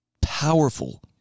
powerful